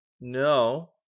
No